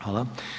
Hvala.